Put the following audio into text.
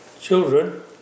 children